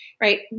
right